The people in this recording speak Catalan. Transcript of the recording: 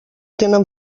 tenen